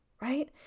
right